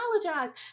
apologize